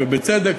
ובצדק,